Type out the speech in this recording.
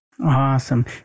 Awesome